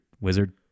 wizard